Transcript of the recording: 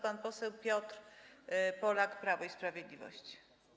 Pan poseł Piotr Polak, Prawo i Sprawiedliwość.